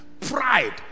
Pride